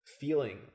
feeling